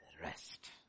rest